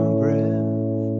breath